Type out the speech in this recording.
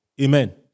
Amen